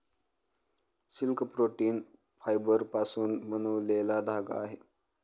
silk protein फायबरपासून बनलेला धागा आहे